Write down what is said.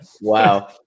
Wow